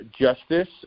justice